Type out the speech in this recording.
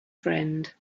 friend